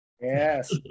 Yes